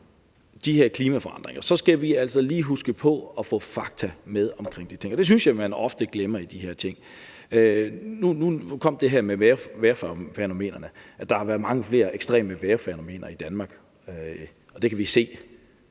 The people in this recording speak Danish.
de her klimaforandringer, skal vi altså lige huske på at få fakta med omkring de ting. Det synes jeg man ofte glemmer. Nu kom det her med vejrfænomenerne – at der har været mange flere ekstreme vejrfænomener i Danmark, og det kan vi se.